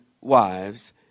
wives